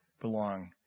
belong